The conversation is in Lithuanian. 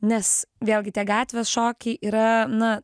nes vėlgi tie gatvės šokiai yra na